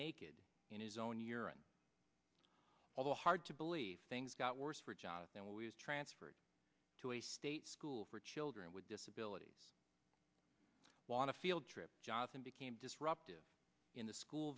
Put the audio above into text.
naked in his own urine although hard to believe things got worse for jonathan was transferred to a state school for children with disabilities want a fieldtrip johnson became disruptive in the school